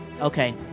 Okay